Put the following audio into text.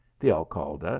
the alcalde,